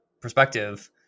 perspective